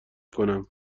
کنم